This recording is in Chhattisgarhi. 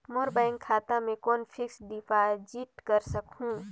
मोर बैंक खाता मे कौन फिक्स्ड डिपॉजिट कर सकहुं?